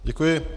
Děkuji.